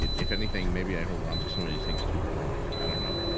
if anything, maybe i hold on to some of these things too long. i don't know.